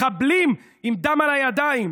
מחבלים עם דם על הידיים,